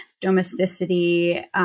domesticity